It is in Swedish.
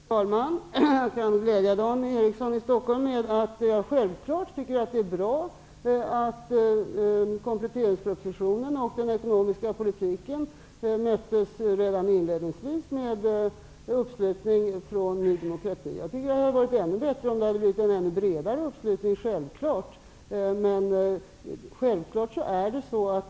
Fru talman! Jag kan glädja Dan Eriksson i Stockholm med att jag självfallet tycker att det är bra att kompletteringspropositionen och den ekonomiska politiken redan inledningsvis möttes med uppslutning av Ny demokrati. Det hade varit ännu bättre om uppslutningen blivit bredare. Det är ju självklart.